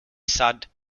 sad